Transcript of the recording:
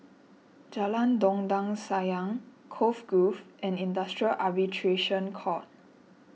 Jalan Dondang Sayang Cove Grove and Industrial Arbitration Court